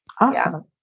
Awesome